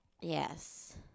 Yes